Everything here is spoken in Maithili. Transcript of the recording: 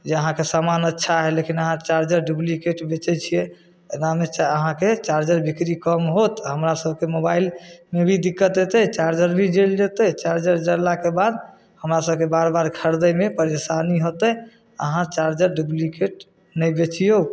जे अहाँके समान अच्छा है लेकिन अहाँ चार्जर डुप्लीकेट बेचै छियै एनामे अहाँके चार्जर बिक्री कम होत हमरा सबके मोबाइलमे भी दिक्कत एतय चार्जर भी जइल जेतय चार्जर जलला के बाद हमरा सबके बार बार खरदै मे परेशानी होतय अहाँ चार्जर डुप्लीकेट नै बेचियौ